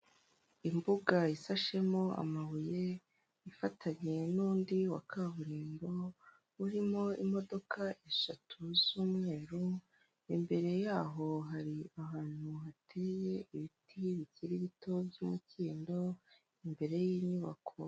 Imbuga isashemo amabuye ifatanyeje n'undi wa kaburimbo urimo imodoka eshatu z'umweru, imbere yaho hari ahantu hateye ibiti bikiri bito by'imikindo imbere y'inyubako.